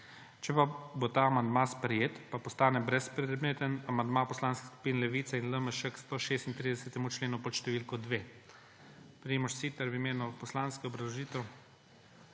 Če pa bo ta amandma sprejet, pa postane brezpredmeten amandma Poslanskih skupin Levica in LMŠ k 136. členu pod številko 2. Primož Siter v imenu poslanske, obrazložitev.